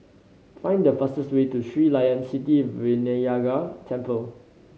find the fastest way to Sri Layan Sithi Vinayagar Temple